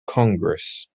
congress